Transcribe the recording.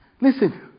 Listen